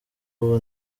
ubu